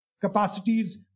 capacities